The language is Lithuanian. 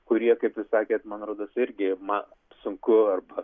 kurie kaip jūs sakėt man rodos irgi man sunku arba